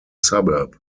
suburb